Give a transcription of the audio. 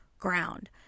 Ground